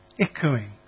echoing